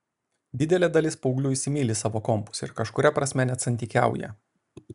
didelė dalis paauglių įsimyli savo kompus ir kažkuria prasme net santykiauja